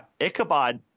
Ichabod